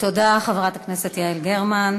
תודה, חברת הכנסת יעל גרמן.